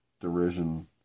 derision